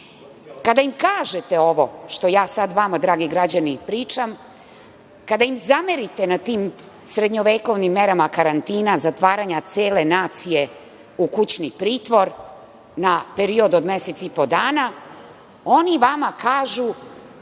im kažete ovo što ja sad vama, dragi građani, pričam, kada im zamerite na tim srednjevekovnim merama karantina, zatvaranja cele nacije u kućni pritvor na period od mesec i po dana, oni vama kažu